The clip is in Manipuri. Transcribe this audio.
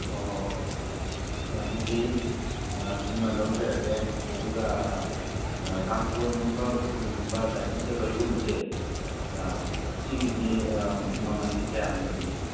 ꯑꯣ ꯑꯗꯨꯗꯤ ꯁꯤꯃ ꯂꯧꯖꯔꯒꯦ ꯑꯗꯨꯒ ꯀꯥꯡꯊꯣꯜꯒꯨꯝꯕ ꯎꯄꯨꯒꯨꯝꯕ ꯗꯥꯏꯅꯤꯡ ꯇꯦꯕꯜꯒꯨꯝꯕꯁꯦ ꯁꯤ ꯁꯤꯒꯤꯁꯤ ꯃꯃꯜꯁꯤ ꯀꯌꯥꯝ ꯂꯩꯒꯦ